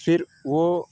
پھر وہ